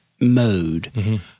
mode